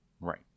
Right